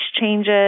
changes